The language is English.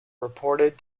reported